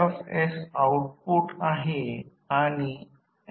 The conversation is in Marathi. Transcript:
फक्त ऑटोट्रान्सफॉर्मर अगदी सोप्या गोष्टीबद्दल गोंधळ होऊ नये